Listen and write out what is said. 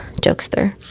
jokester